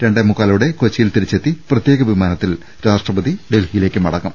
രണ്ടേമുക്കാലോടെ കൊച്ചിയിൽ തിരിച്ചെത്തി പ്രത്യേക വിമാനത്തിൽ രാഷ്ട്രപതി ഡൽഹിയിലേക്ക് മടങ്ങും